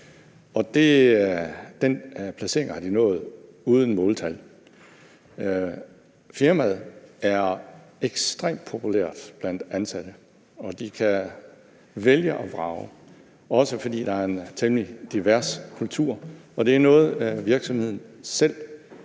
Den placering har de nået uden måltal. Firmaet er ekstremt populært blandt de ansatte, og de kan vælge og vrage, også fordi der er en temmelig divers kultur. Det er noget, virksomheden selv